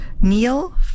Neil